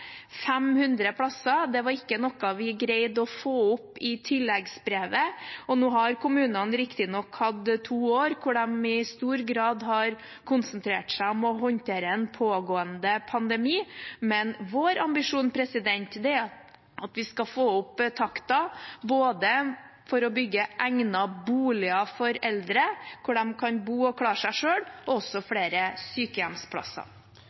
det var ikke noe vi greide å få opp i tilleggsproposisjonen. Nå har kommunene riktignok hatt to år hvor de i stor grad har konsentrert seg om å håndtere en pågående pandemi, men vår ambisjon er at vi skal få opp takten på å bygge både egnede boliger for eldre hvor de kan bo og klare seg selv, og også flere sykehjemsplasser.